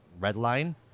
Redline